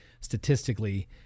statistically